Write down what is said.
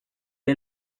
est